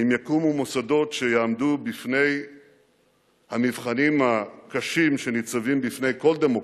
אם יקומו מוסדות שיעמדו בפני המבחנים הקשים שניצבים בפני כל דמוקרטיה.